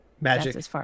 Magic